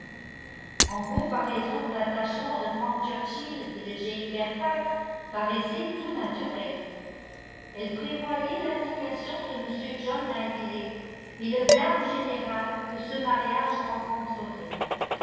en comparaison l'attachement de frank churchill et de jane fairfax paraissait tout naturel elle prévoyait l'indignation de m john knightley et le blâme général que ce mariage rencontrerait